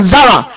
Zara